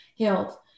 health